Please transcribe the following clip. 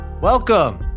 Welcome